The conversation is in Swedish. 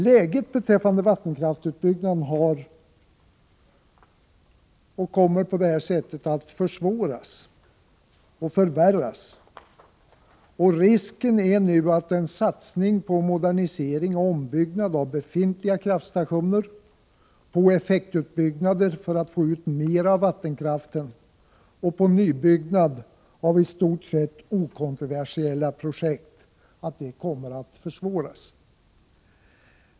Läget beträffande vattenkraftsutbyggnaden kommer på det här sättet att försvåras och förvärras, och risken är nu att en satsning på modernisering och ombyggnad av befintliga kraftstationer, på effektutbyggnader för att få ut mer av vattenkraften och på nyutbyggnad av i stort sett okontroversiella projekt kommer att försvåras.